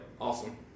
Awesome